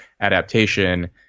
adaptation